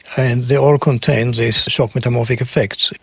and they all contained these shock metamorphic effects.